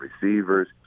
receivers